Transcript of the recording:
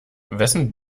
wessen